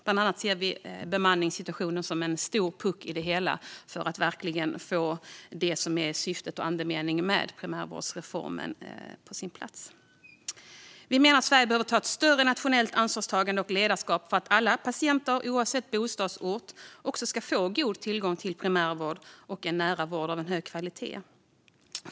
Bland annat ser vi bemanningssituationen som en stor puck i det hela när det gäller att verkligen få på plats det som är syftet och andemeningen med primärvårdsreformen. Vi menar att Sverige behöver ta ett större nationellt ansvar och ledarskap för att alla patienter oavsett bostadsort ska få god tillgång till primärvård och en nära vård av en hög kvalitet.